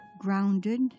grounded